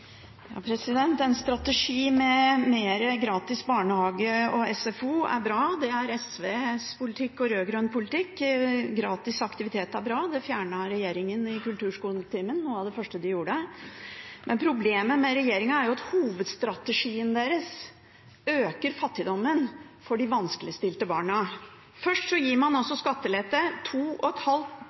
SFO er bra. Det er SVs politikk og rød-grønn politikk. Gratis aktivitet er bra. Det fjernet regjeringen i kulturskoletimen, noe av det første de gjorde. Men problemet med regjeringen er jo at hovedstrategien deres øker fattigdommen for de vanskeligstilte barna. Først gir man altså skattelette – 2 100 kr dagen til de aller rikeste, 700 000 kr i året. Men hvis en er uheldig og